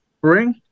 bring